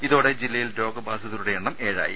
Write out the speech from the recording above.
ഇതോടെ ജില്ലയിൽ രോഗബാധിതരുടെ എണ്ണം എഴായി